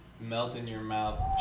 melt-in-your-mouth